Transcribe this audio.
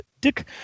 Dick